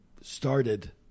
started